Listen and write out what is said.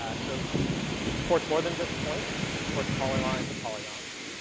ah so it supports more than just points. it supports polylines and polygons.